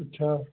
अच्छा